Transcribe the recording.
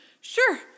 Sure